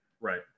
right